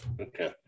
Okay